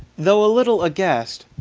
though a little aghast,